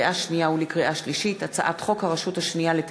לקריאה שנייה ולקריאה שלישית,